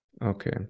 Okay